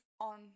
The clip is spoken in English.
on